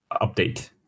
update